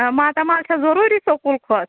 ماتامال چھےٚ ضوٚروٗری سکوٗل کھۄتہٕ